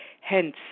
Hence